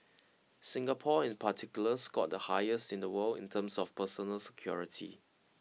Singapore in particular scored the highest in the world in terms of personal security